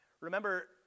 Remember